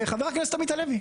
חבר הכנסת עמית הלוי.